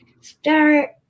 start